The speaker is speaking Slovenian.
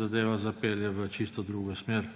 zadeva zapelje v čisto drugo smer.